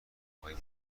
میکنیم